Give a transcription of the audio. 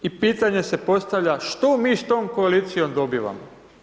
I pitanje se postavlja, što mi s tom koalicijom dobivamo?